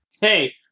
Hey